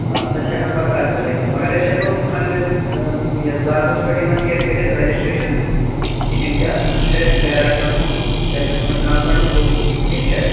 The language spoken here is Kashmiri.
آ سۄ چھِ ہٮ۪کَان بَکار تہِ لٲگِتھ مگر أسۍ ہٮ۪کو نہٕ پَننِس زاتَس پٮ۪ٹھ یِمَن یہِ کٔرِتھ رجِسٹرٛیشَن کِہیٖنۍ تہِ اَتھ منٛز چھُ اَسہِ پیرَنٹَن ہُنٛد کیٛاہ چھِ اَتھ وَنان کَنزَنٛٹ ضروٗری ٹھیٖک چھا